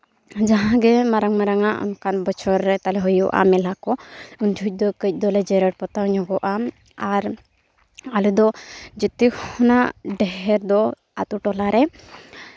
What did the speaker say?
ᱡᱟᱦᱟᱸ ᱜᱮ ᱢᱟᱨᱟᱝ ᱢᱟᱨᱟᱝᱟᱜ ᱚᱝᱠᱟᱱ ᱵᱚᱪᱷᱚᱨ ᱨᱮ ᱛᱟᱞᱮ ᱦᱩᱭᱩᱜᱼᱟ ᱢᱮᱞᱟ ᱠᱚ ᱩᱱ ᱡᱚᱦᱚᱡᱽ ᱫᱚ ᱠᱟᱺᱪ ᱫᱚᱞᱮ ᱡᱮᱨᱮᱲ ᱯᱚᱛᱟᱣ ᱧᱚᱜᱚᱜᱼᱟ ᱟᱨ ᱟᱞᱮ ᱫᱚ ᱡᱚᱛᱚ ᱠᱷᱚᱱᱟᱜ ᱰᱷᱮᱹᱨ ᱫᱚ ᱟᱛᱳ ᱴᱚᱞᱟ ᱨᱮ